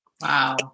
Wow